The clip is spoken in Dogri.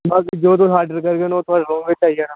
बाकी जो तुस आर्डर करगे ना ओह् थोआढ़े रूम बिच्च आई जाना